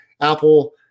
Apple